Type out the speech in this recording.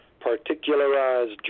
Particularized